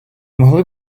могли